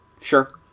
Sure